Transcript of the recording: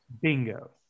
Bingo